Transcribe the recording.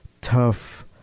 tough